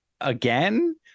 again